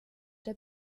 der